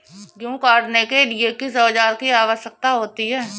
गेहूँ काटने के लिए किस औजार की आवश्यकता होती है?